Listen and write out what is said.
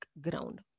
ground